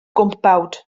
gwmpawd